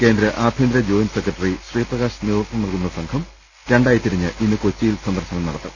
കേന്ദ്ര ആഭ്യന്തര joint secretary Sriprakash നേതൃത്വം നൽകുന്ന സംഘം രണ്ടായിത്തിരിഞ്ഞ് ഇന്ന് കൊച്ചിയിൽ സന്ദർശനം നടത്തും